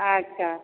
अच्छा